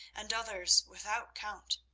and others without count.